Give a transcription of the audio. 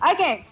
Okay